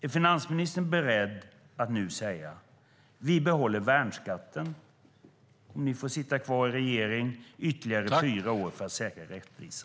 Är finansministern beredd att nu säga att värnskatten behålls och att ni sitter kvar i regeringsställning i ytterligare fyra år för att säkra rättvisa?